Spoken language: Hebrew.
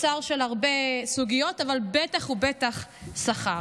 הרבה זמן למען מימון מלא של שכר